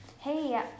Hey